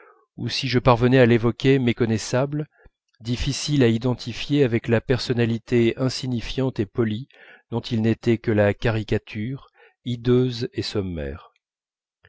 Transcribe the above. ou si je parvenais à l'évoquer méconnaissable difficile à identifier avec la personnalité insignifiante et polie dont il n'était que la caricature hideuse et sommaire